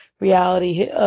reality